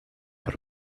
per